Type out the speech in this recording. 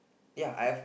ya I have